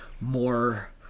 more